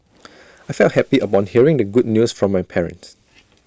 I felt happy upon hearing the good news from my parents